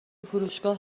فروشگاه